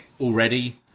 already